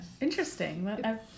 Interesting